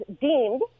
deemed